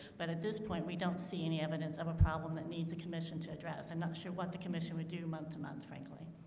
but at this point we don't see any evidence of a problem that needs a commission to address i'm and not sure what the commission would do month to month. frankly.